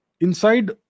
Inside